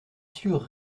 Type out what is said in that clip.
sûr